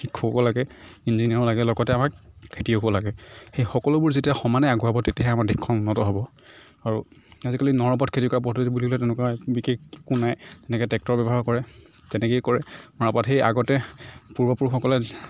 শিক্ষকো লাগে ইঞ্জিনিয়াৰো লাগে লগতে আমাক খেতিয়কো লাগে এই সকলোবোৰ যেতিয়া সমানে আগুৱাব তেতিয়াহে আমাৰ দেশখন উন্নত হ'ব আৰু আজিকালি নৰপথ খেতি কৰা পদ্ধতি বুলিলে তেনেকুৱা বিশেষ একো নাই এনেকৈ ট্ৰেক্টৰ ব্যৱহাৰ কৰে তেনেকেই কৰে মৰাপাট সেই আগতে পূৰ্বপুৰুষসকলে